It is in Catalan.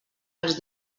els